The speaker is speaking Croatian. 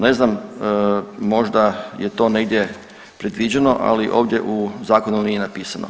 Ne znam, možda je to negdje predviđeno, ali ovdje u Zakonu nije napisano.